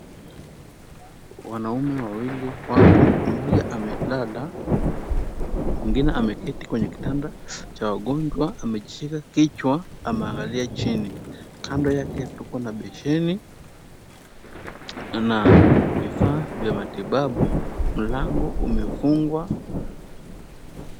Wanaume wawili wapo, mmoja amelala, mwingine ameketi kwenye kitanda cha wagonjwa. Amejishika kichwa. Ameangalia chini. Kando yake tuko na besheni. Ana vifaa vya matibabu. Mlango umefungwa.